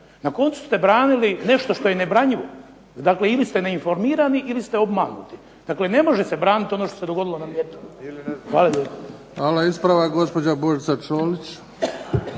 Na koncu ste branili nešto što je nebranjivo, dakle i vi ste neinformirani ili ste obmanuti. Dakle, ne može se braniti ono što se dogodilo na Mljetu. Hvala lijepo. **Bebić,